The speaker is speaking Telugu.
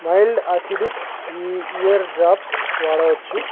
మైల్డ్ అసిడిక్ ఈ ఇయర్ డ్రాప్స్ వాడవచ్చు